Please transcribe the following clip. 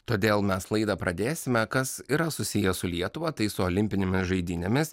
todėl mes laidą pradėsime kas yra susiję su lietuva tai su olimpinėmis žaidynėmis